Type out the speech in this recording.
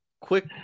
Quick